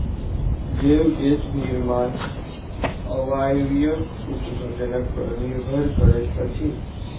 जैव गैस निर्माण अवायवीय अपघटन पर निर्भर करैत अछि